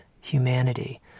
humanity